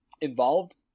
involved